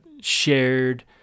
shared